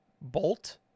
Bolt